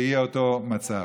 יהיה אותו מצב.